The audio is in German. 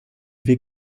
wir